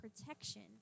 protection